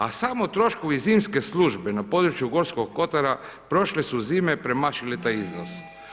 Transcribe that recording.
A samo troškovi zimske službe na području Gorskog kotara prošle su zime premašile taj iznos.